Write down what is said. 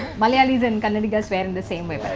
malayalees and kannadigas were in and the same way but